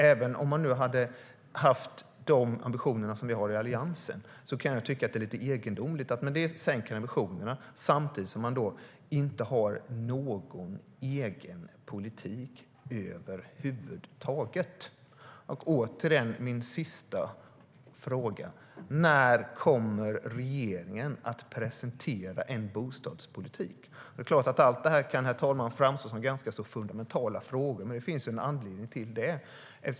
Även om man nu hade haft de ambitioner vi har i Alliansen kan jag tycka att det är lite egendomligt att man sänker ambitionerna samtidigt som man inte har någon egen politik över huvud taget. Min sista fråga är, återigen, när regeringen kommer att presentera en bostadspolitik. Det är klart att allt det här kan framstå som ganska fundamentala frågor, herr talman, men det finns en anledning till det.